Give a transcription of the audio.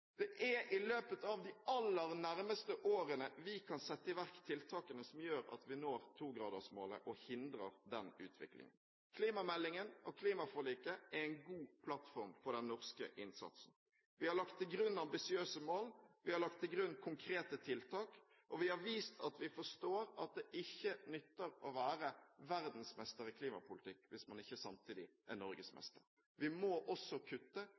Det er i løpet av de aller nærmeste årene vi kan sette i verk tiltakene som gjør at vi når togradersmålet og hindrer den utviklingen. Klimameldingen og klimaforliket er en god plattform for den norske innsatsen. Vi har lagt til grunn ambisiøse mål, vi har lagt til grunn konkrete tiltak, og vi har vist at vi forstår at det ikke nytter å være verdensmester i klimapolitikk hvis man ikke samtidig er norgesmester. Vi må også kutte